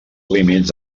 límits